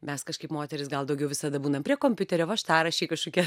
mes kažkaip moterys gal daugiau visada būnam prie kompiuterio važtaraščiai kažkokie